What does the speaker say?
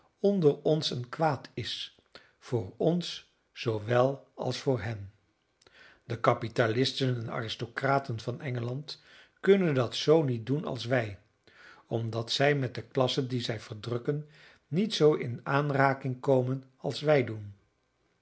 onder ons een kwaad is voor ons zoowel als voor hen de kapitalisten en aristocraten van engeland kunnen dat zoo niet doen als wij omdat zij met de klasse die zij verdrukken niet zoo in aanraking komen als wij doen